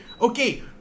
okay